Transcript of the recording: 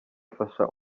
afasha